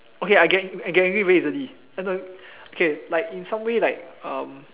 okay I get I get angry very easily uh no okay like in some ways like um